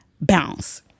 bounce